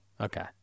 Okay